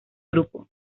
grupo